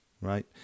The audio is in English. right